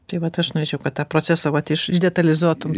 tai vat aš norėčiau kad tą procesą vat iš išdetalizuotum